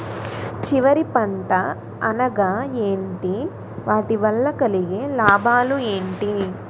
చివరి పంట అనగా ఏంటి వాటి వల్ల కలిగే లాభాలు ఏంటి